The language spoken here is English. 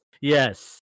yes